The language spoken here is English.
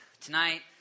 Tonight